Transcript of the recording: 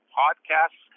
podcast